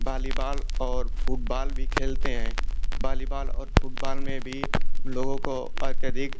volleyball और football भी खेलते हैं बालीबाल और फुटबाल में भी उन लोगों को अत्यधिक